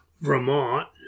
Vermont